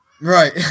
Right